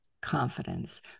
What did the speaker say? confidence